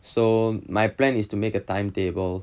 so my plan is to make a timetable